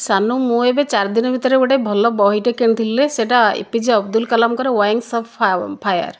ସାନୁ ମୁଁ ଏବେ ଚାରିଦିନ ଭିତରେ ଗୋଟିଏ ଭଲ ବହିଟେ କିଣିଥିଲି ରେ ସେହିଟା ଏପିଜେ ଅବଦୁଲ କାଲାମଙ୍କର ୱିଙ୍ଗସ୍ ଅଫ ଫାୟାର